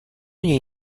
něj